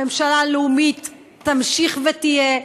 הממשלה הלאומית תמשיך ותהיה.